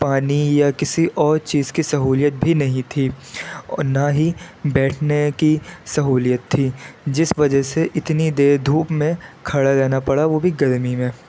پانی یا کسی اور چیز کی سہولیت بھی نہیں تھی اور نہ ہی بیٹھنے کی سہولیت تھی جس وجہ سے اتنی دیر دھوپ میں کھڑا رہنا پڑا وہ بھی گرمی میں